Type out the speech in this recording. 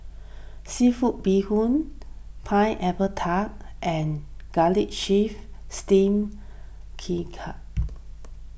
Seafood Bee Hoon Pineapple Tart and Garlic Chives Steamed